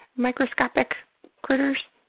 microscopic critters?